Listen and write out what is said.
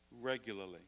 regularly